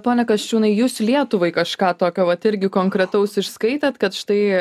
pone kasčiūnai jūs lietuvai kažką tokio vat irgi konkretaus išskaitėt kad štai